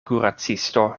kuracisto